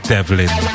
Devlin